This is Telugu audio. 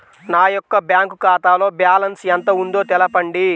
నా యొక్క బ్యాంక్ ఖాతాలో బ్యాలెన్స్ ఎంత ఉందో తెలపండి?